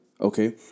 Okay